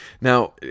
Now